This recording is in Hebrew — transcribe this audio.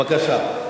בבקשה.